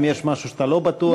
אם יש משהו שאתה לא בטוח,